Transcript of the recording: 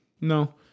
No